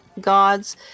gods